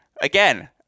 again